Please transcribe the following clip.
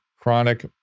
chronic